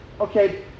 okay